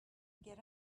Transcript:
get